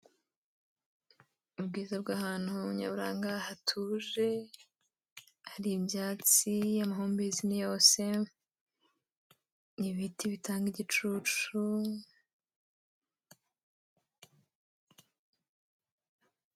Ubwiza bw'ahantu nyaburanga hatuje hari ibyatsi amahumbezi ni yose ni ibiti bitanga igicucu.